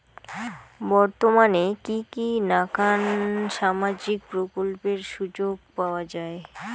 বর্তমানে কি কি নাখান সামাজিক প্রকল্পের সুযোগ পাওয়া যায়?